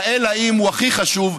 וה"אלא אם כן" הוא הכי חשוב,